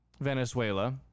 Venezuela